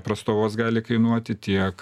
prastovos gali kainuoti tiek